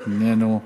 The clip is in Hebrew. איננו,